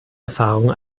erfahrung